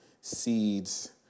seeds